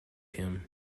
him